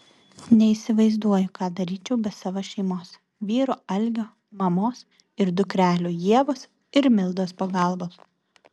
neįsivaizduoju ką daryčiau be savo šeimos vyro algio mamos ir dukrelių ievos ir mildos pagalbos